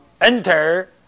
enter